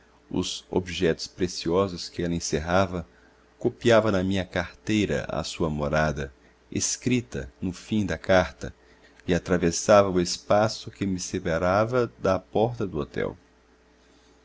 os objetos preciosos que ela encerrava copiava na minha carteira a sua morada escrita no fim da carta e atravessava o espaço que me separava da porta do hotel